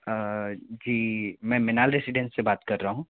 जी मैं मिनाल रेसिडेंस से बात कर रहा हूँ